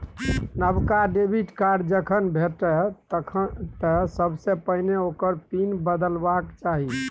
नबका debit card जखन भेटय तँ सबसे पहिने ओकर पिन बदलबाक चाही